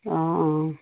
অঁ অঁ